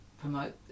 promote